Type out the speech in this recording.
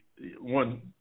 one